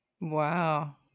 Wow